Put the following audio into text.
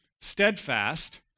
steadfast